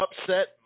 upset